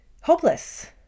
Hopeless